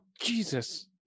Jesus